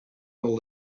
all